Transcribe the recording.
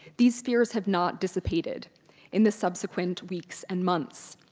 these fears have not dissipated in the subsequent weeks and months.